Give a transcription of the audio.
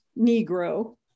Negro